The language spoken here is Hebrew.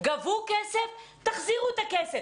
גבו כסף תחזירו את הכסף.